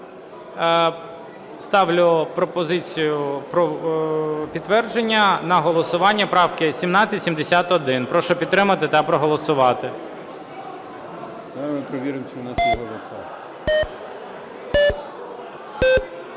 Ставлю пропозицію про підтвердження на голосування правки 1771. Прошу підтримати та проголосувати.